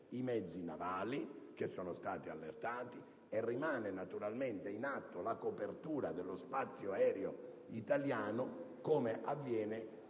i mezzi navali, che sono stati allertati, e rimane naturalmente in atto la copertura dello spazio aereo italiano, come avviene normalmente,